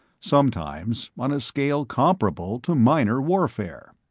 sometimes on a scale comparable to minor warfare.